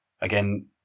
Again